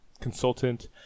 consultant